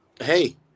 hey